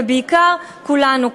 ובעיקר כולנו,